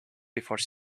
before